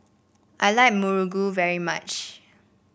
I like muruku very much